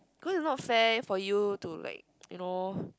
cause it's not fair for you to like you know